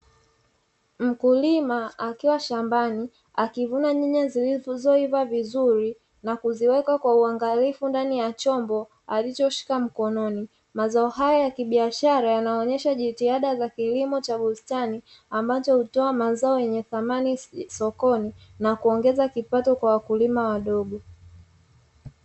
Mkulima akiwa shambani, akivuna nyanya zilzoiva vizuri, na kuziweka kwa uangalifu ndani ya chombo alichoshika mkononi. Mazao haya ya kibiashara yanaonyesha jitihada za kilimo cha bustani ambacho hutoa mazao yenye thamani sokoni, na kuongeza kipato kwa wakulima wadogo.